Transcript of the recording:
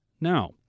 now